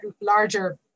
larger